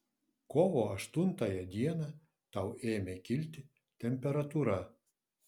kovo aštuntąją dieną tau ėmė kilti temperatūra